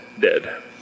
Dead